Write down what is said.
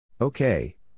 Okay